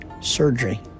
surgery